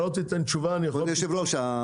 אדוני היושב ראש,